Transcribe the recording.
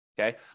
Okay